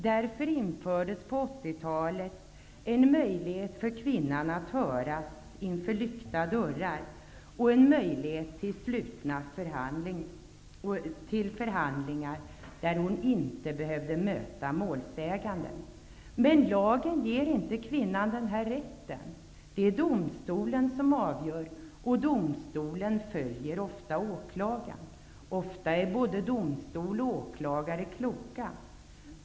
Därför infördes på 80-talet en möjlighet för kvinnan att höras inför lyckta dörrar och möjlighet till förhandlingar där hon inte behöver möta gärningsmannen. Men lagen ger inte kvinnan denna rätt. Det är domstolen som avgör, och domstolen följer ofta åklagarens åsikt. Ofta är både domstol och åklagare kloka.